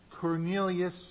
Cornelius